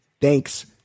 Thanks